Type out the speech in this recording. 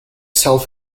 self